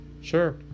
Sure